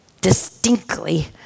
distinctly